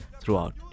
throughout